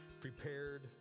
prepared